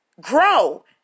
grow